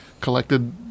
collected